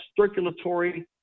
circulatory